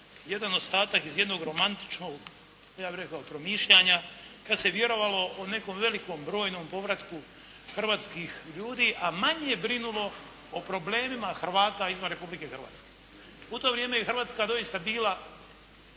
jedan ostatak iz jednog romantičnog ja bih rekao promišljanja, kad se vjerovalo o nekom velikom brojnom povratku hrvatskih ljudi, a manje brinulo o problemima Hrvata izvan Republike Hrvatske. U to vrijeme je Hrvatska doista bila